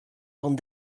fan